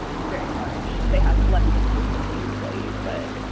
very large. they have less than, like, fifteen employees. but.